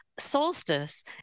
solstice